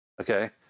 Okay